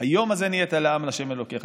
"היום הזה נהיית לעם להשם אלוקיך".